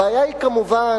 הבעיה היא, כמובן,